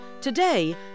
Today